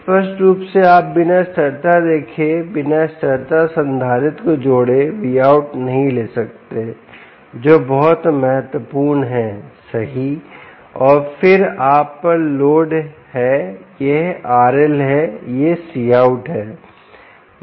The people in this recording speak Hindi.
स्पष्ट रूप से आप बिना स्थिरता देखे बिना स्थिरता संधारित्र को जोड़ें Vout नहीं ले सकते जो बहुत महत्वपूर्ण है सही और फिर आप पर लोड है यह RL है यह COUT है